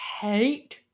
hate